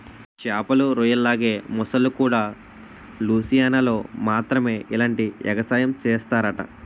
చేమలు, రొయ్యల్లాగే మొసల్లుకూడా లూసియానాలో మాత్రమే ఇలాంటి ఎగసాయం సేస్తరట